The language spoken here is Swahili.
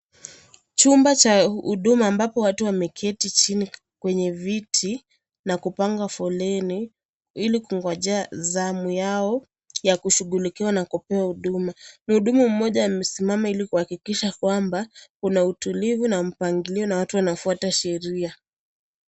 Chumba cha huduma ambapo watu wameketi chini kwenye viti na kupanga foleni ili kungojea zamu yao ya kushugulikiwa na kupewa huduma. Mhudumu mmoja amesimama ili kuhakikisha kwamba kuna utulivu na mpangilio na watu wanafwata sheria.